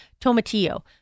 tomatillo